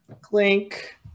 Clink